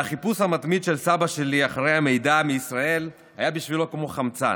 והחיפוש המתמיד של סבא שלי אחרי המידע מישראל היה בשבילו כמו חמצן.